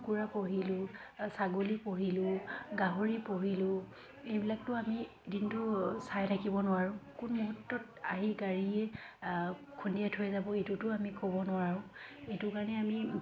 কুকুৰা পুহিলোঁ ছাগলী পুহিলোঁ গাহৰি পুহিলোঁ এইবিলাকতো আমি দিনটো চাই থাকিব নোৱাৰোঁ কোন মুহূৰ্তত আহি গাড়ীয়ে খুন্দিয়াই থৈ যাব এইটোতো আমি ক'ব নোৱাৰোঁ এইটো কাৰণে আমি